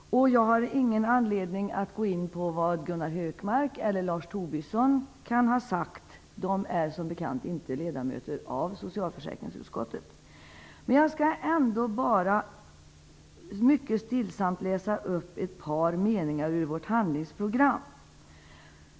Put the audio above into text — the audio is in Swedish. Jag har ingen anledning att gå in på vad Gunnar Hökmark eller Lars Tobisson kan ha sagt. De är som bekant inte ledamöter av socialförsäkringsutskottet. Jag vill ändå läsa upp ett par meningar ur vårt handlingsprogram.